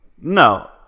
no